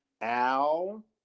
Al